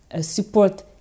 support